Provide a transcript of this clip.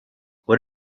what